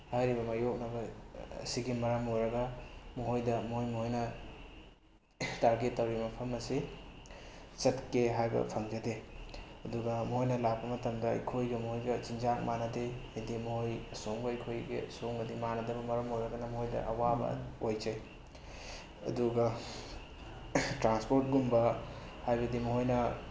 ꯍꯥꯏꯔꯤꯕ ꯃꯥꯌꯣꯛꯅꯕ ꯑꯁꯤꯒꯤ ꯃꯔꯝ ꯑꯣꯏꯔꯒ ꯃꯈꯣꯏꯗ ꯃꯣꯏ ꯃꯣꯏꯅ ꯇꯥꯔꯒꯦꯠ ꯇꯧꯔꯤꯕ ꯃꯐꯝ ꯑꯁꯤ ꯆꯠꯀꯦ ꯍꯥꯏꯕ ꯐꯪꯖꯗꯦ ꯑꯗꯨꯒ ꯃꯣꯏꯅ ꯂꯥꯛꯄ ꯃꯇꯝꯗ ꯑꯩꯈꯣꯏꯒ ꯃꯣꯏꯒ ꯆꯤꯟꯖꯥꯛ ꯃꯥꯟꯅꯗꯦ ꯍꯥꯏꯗꯤ ꯃꯣꯏ ꯑꯁꯣꯝꯒ ꯑꯩꯈꯣꯏꯒꯤ ꯁꯣꯝꯒꯗꯤ ꯃꯥꯟꯅꯗꯕꯅ ꯃꯔꯝ ꯑꯣꯏꯔꯒꯅ ꯃꯣꯏꯗ ꯑꯋꯥꯕ ꯑꯣꯏꯖꯩ ꯑꯗꯨꯒ ꯇ꯭ꯔꯥꯟꯁꯄꯣꯠꯀꯨꯝꯕ ꯍꯥꯏꯕꯗꯤ ꯃꯈꯣꯏꯅ